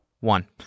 One